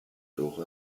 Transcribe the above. dora